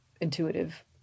intuitive